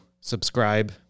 subscribe